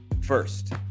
First